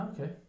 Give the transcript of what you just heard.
okay